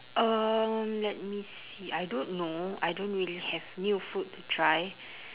um let me see I don't know I don't really have new food to try